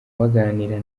baganira